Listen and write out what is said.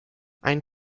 ein